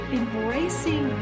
embracing